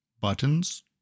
Buttons